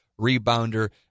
rebounder